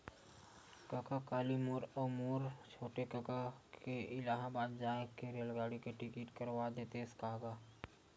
कका काली मोर अऊ मोर छोटे कका के इलाहाबाद जाय के रेलगाड़ी के टिकट करवा देतेस का गो